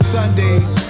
Sundays